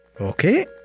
Okay